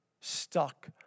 stuck